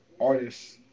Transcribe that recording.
artists